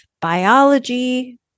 biology